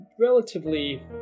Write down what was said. Relatively